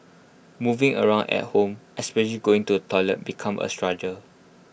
moving around at home especially going to the toilet become A struggle